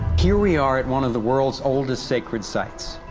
here we are at one of the world's oldest sacred sites,